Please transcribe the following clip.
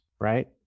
right